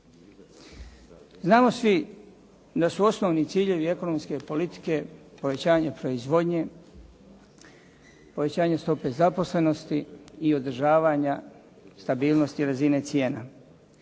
Znamo svi da su osnovni ciljevi ekonomske politike povećanje proizvodnje, povećanje stope zaposlenosti i održavanja stabilnosti razine cijena.